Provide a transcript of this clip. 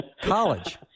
College